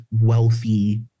wealthy